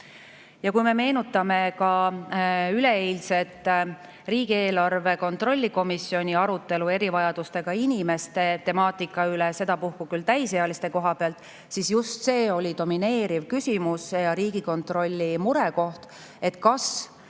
Kui me meenutame ka üleeilset riigieelarve kontrolli erikomisjoni arutelu erivajadustega inimeste temaatika üle, sedapuhku küll täisealiste koha pealt, siis just see oli domineeriv küsimus ja Riigikontrolli murekoht, et kas